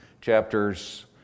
chapters